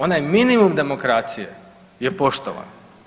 Onaj minimum demokracije je poštovan.